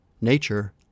nature